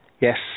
Yes